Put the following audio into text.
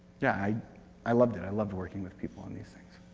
yeah i i loved it i loved working with people on these things.